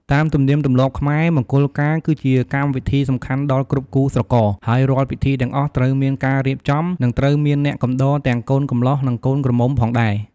តាមទំនៀមទម្លាប់ខ្មែរ មង្គលការគឺជាកម្មវិធីសំខាន់ដល់គ្រប់គូស្រករ ហើយរាល់ពិធីទាំងអស់ត្រូវមានការរៀបចំ និងត្រូវមានអ្នកកំដរទាំងកូនកម្លោះ និងកូនក្រមុំផងដែរ។